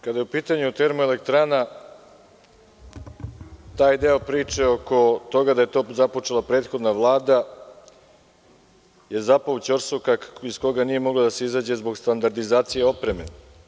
Kada je u pitanju termoelektrana, taj deo priče oko toga da je to započela prethodna vlada je zapao u ćorsokak iz koga nije mogla da izađe zbog standardizacije opreme.